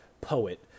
poet